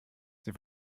sie